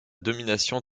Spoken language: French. domination